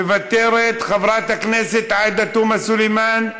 מוותרת, חברת הכנסת עאידה תומא סלימאן,